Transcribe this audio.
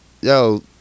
yo